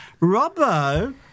Robbo